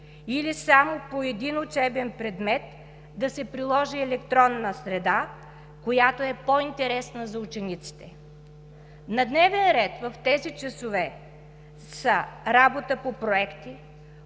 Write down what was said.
или само по един учебен предмет да се приложи електронна среда, която е по-интересна за учениците. На дневен ред в тези часове са: работа по проекти,